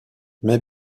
mais